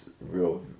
real